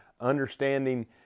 understanding